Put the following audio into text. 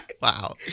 Wow